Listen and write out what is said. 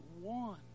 one